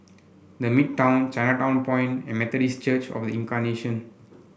The Midtown Chinatown Point and Methodist Church Of The Incarnation